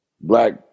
black